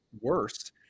worse